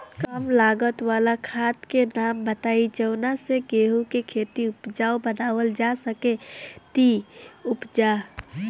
कम लागत वाला खाद के नाम बताई जवना से गेहूं के खेती उपजाऊ बनावल जा सके ती उपजा?